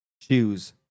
shoes